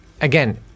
again